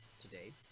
today